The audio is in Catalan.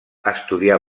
estudià